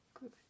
good